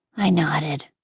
i nodded.